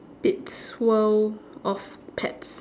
it's world of pets